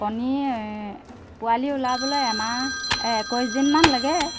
কণী পোৱালি ওলাবলৈ এমাহ একৈছদিনমান লাগে